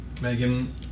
Megan